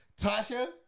Tasha